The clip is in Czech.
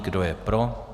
Kdo je pro?